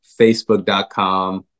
facebook.com